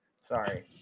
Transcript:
Sorry